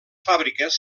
fàbriques